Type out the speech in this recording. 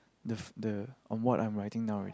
the the on what I'm writing now